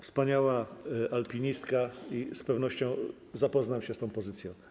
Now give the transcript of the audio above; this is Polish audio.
Wspaniała alpinistka i z pewnością zapoznam się z tą pozycją.